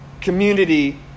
community